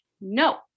No